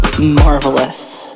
Marvelous